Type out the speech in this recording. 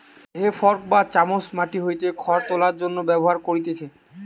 হে fork বা চামচ মাটি হইতে খড় তোলার জন্য ব্যবহার করতিছে